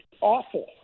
awful